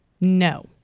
no